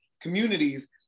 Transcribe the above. communities